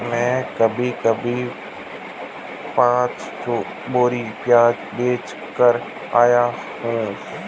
मैं अभी अभी पांच बोरी प्याज बेच कर आया हूं